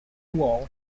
wall